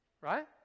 right